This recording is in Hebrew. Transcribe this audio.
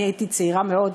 אני הייתי צעירה מאוד,